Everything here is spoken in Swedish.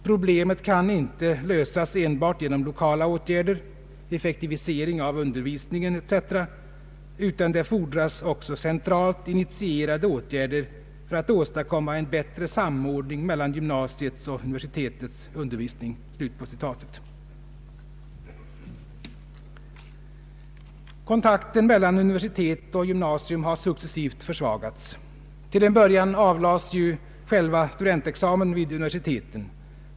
Problemet kan inte lösas enbart genom lokala åtgärder — effektivisering av undervisningen etc. — utan det fordras också centralt initierade åtgärder för att åstadkomma en bättre samordning mellan gymnasiets och universitetets undervisning.” Kontakten mellan universitet och gymnasium har successivt försvagats. Till en början avlades ju själva studentexamen vid universiteten.